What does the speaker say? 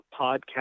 podcast